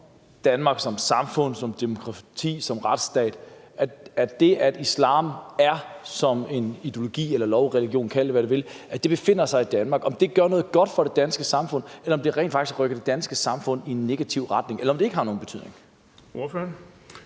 Danmark som samfund, som demokrati, som retsstat; at det, at islam som ideologi eller lovreligion – man kan kalde det, hvad man vil – befinder sig i Danmark, gør noget godt for det danske samfund? Eller rykker det rent faktisk det danske samfund i en negativ retning, eller har det ikke nogen betydning? Kl.